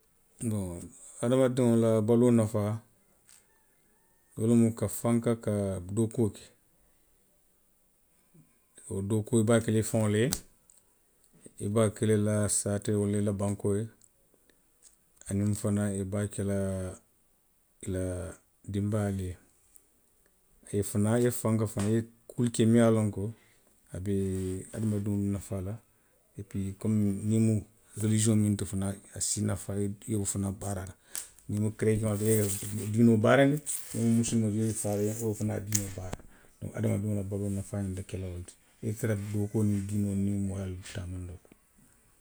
Boŋ, hadamadiwŋ la baluo nafaa, wo lemu ka fanka ka dookuo ke. Wo dookuo i be a ke la i faŋo le ye, i be a ke la i la saatee ye walla i la bankoo ye. Aniŋ fanaŋ i be a ke la i la dinbaayaalu ye. I fanaŋ, i ye fanka fanaŋ ka kuu ke miŋ ye a loŋ ko a be, a be hadamadiŋo nafaa la. Epuwi komiŋ ňiŋ mu relisiyowo miŋ ti fanaŋ a se i nafa, i ye wo fanaŋ baara niŋ i mu kereceŋo ti. i ye i la diinoo baarandi, niŋ i mu misilimoo fanaŋ ti i ye la fanaŋ dinoo baara ti; hadamadiŋo labaluo nafaa mu wo le ti. I ye ite la dookuo niŋ diinoo, niŋ mooyaa taamandoo